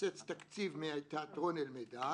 לקצץ תקציב מתיאטרון אלמידאן,